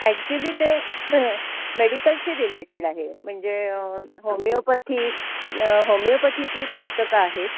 actually ते मेडिकलशी related आहे म्हणजे होमिओपथी होमिओपथीतली पुस्तकं आहेत